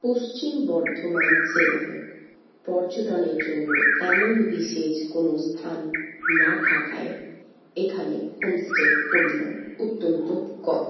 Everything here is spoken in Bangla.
পশ্চিম বর্ধমান জেলায় পর্যটনের জন্য এমন বিশেষ কোনও স্থান না থাকায় এখানে হোমস্টের পরিমাণ অত্যন্ত কম